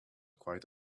quite